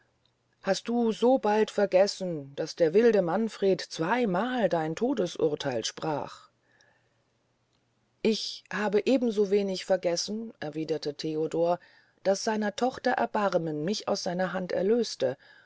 hast du sobald vergessen daß der wilde manfred zweymal dein todesurtheil sprach ich habe eben so wenig vergessen erwiederte theodor daß seiner tochter erbarmen mich aus seiner hand erlöste